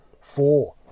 four